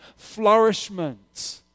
flourishment